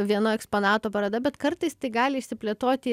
vieno eksponato paroda bet kartais tai gali išsiplėtoti